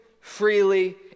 freely